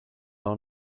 down